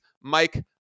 Mike